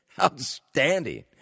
Outstanding